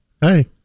Hey